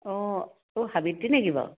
অঁ অঁ সাবিত্ৰী নেকি বাৰু